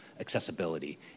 accessibility